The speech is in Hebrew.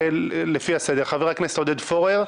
חבר הכנסת עודד פורר.